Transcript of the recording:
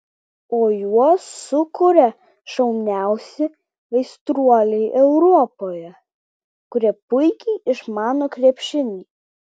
o juos sukuria šauniausi aistruoliai europoje kurie puikiai išmano krepšinį